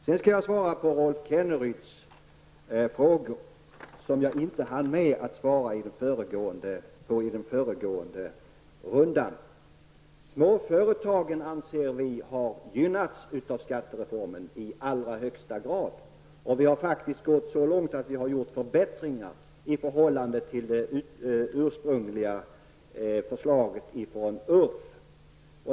Jag skall också svara på Rolf Kenneryds frågor, som jag inte hann med att besvara i den föregående replikrundan. Vi anser att småföretagen i allra högsta grad har gynnats av skattereformen. Vi har faktiskt gått så långt att vi har gjort förbättringar i förhållande till de ursprungliga förslagen från URF.